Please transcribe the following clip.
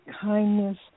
kindness